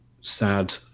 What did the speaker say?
sad